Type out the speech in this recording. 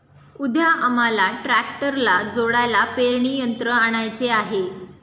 उद्या आम्हाला ट्रॅक्टरला जोडायला पेरणी यंत्र आणायचे आहे